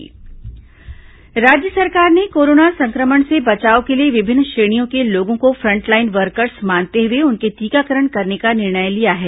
मुख्यमंत्री घोषणा राज्य सरकार ने कोरोना संक्रमण से बचाव के लिए विभिन्न श्रेणियों के लोगों को फ्रंटलाइन वर्कर्स मानते हुए उनके टीकाकरण करने का निर्णय लिया है